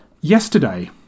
yesterday